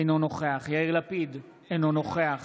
אינו נוכח יאיר לפיד, אינו נוכח